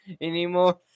anymore